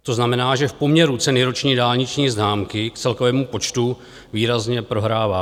To znamená, že v poměru ceny roční dálniční známky k celkovému počtu výrazně prohráváme.